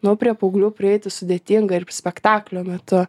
nu prie paauglių prieiti sudėtinga ir spektaklio metu